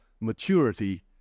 maturity